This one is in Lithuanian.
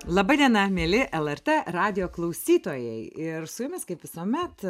laba diena mieli lrt radijo klausytojai ir su jumis kaip visuomet